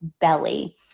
Belly